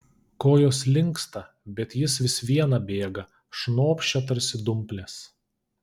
kojos linksta bet jis vis viena bėga šnopščia tarsi dumplės